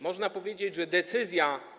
Można powiedzieć, że decyzja.